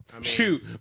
Shoot